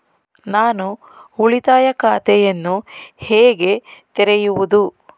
ನಾನು ಉಳಿತಾಯ ಖಾತೆಯನ್ನು ಹೇಗೆ ತೆರೆಯುವುದು?